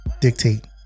Dictate